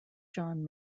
john